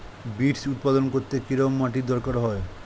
Beets উৎপাদন করতে কেরম মাটির দরকার হয়?